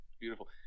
Beautiful